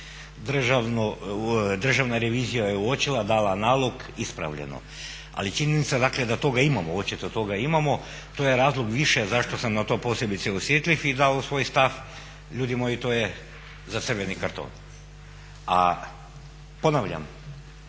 Državna revizija je uočila, dala nalog, ispravljeno. Ali činjenica dakle da toga imamo, a očito da toga imamo, to je razlog više zašto sam na to posebice osjetljiv i dao svoj stav, ljudi moji to je za crveni karton. A ponavljam,